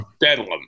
bedlam